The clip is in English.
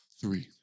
three